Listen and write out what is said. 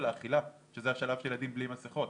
האכילה שזה השלב בו ילדים בלי מסכות.